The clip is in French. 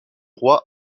roi